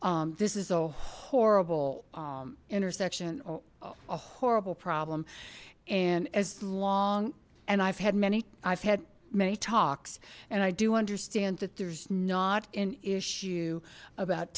this is a horrible intersection a horrible problem and as long and i've had many i've had many talks and i do understand that there's not an issue about